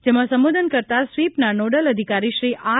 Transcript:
જેમાં સંબોધન કરતા સ્વીપના નોડલ અધિકારી શ્રી આર